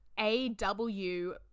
A-W